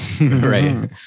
Right